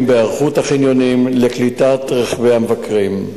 בהיערכות החניונים לקליטת רכבי המבקרים.